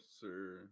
sir